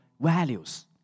values